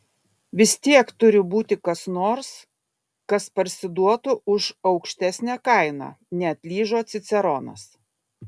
vis tiek turi būti kas nors kas parsiduotų už aukštesnę kainą neatlyžo ciceronas